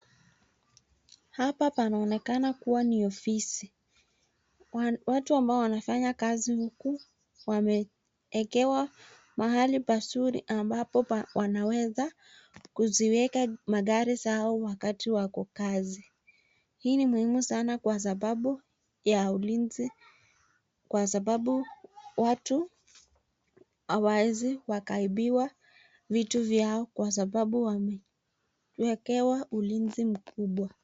Hapa panaonekana kuwa ni ofisi. Watu ambao wanafanya kazi huku wameekewa mahali pazuri ambapo wanaweza kuziweka magari zao wakati wako kazi. Hii ni muhimu sana kwa sababu ya ulinzi kwa sababu watu hawawezi wakaibiwa vitu vyao kwa sababu wamewekewa ulinzi mkubwa.